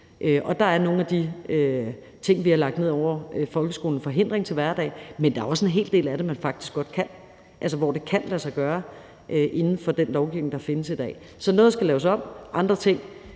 Der er nogle af de ting, vi har lagt ned over folkeskolen, en forhindring til hverdag, men der er også en hel del af det, man faktisk godt kan gøre, altså hvor det kan lade sig gøre, inden for den lovgivning, der findes i dag. Så noget skal laves om; andre ting